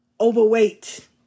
Overweight